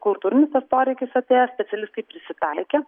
kultūrinis tas poreikis atėjęs specialistai prisitaikė